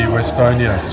Westonia